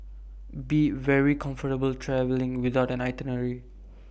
be very comfortable travelling without an itinerary